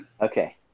okay